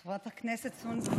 חברת הכנסת סונדוס,